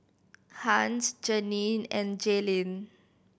Hans Janine and Jalyn